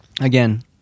Again